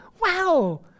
wow